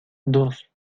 dos